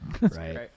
right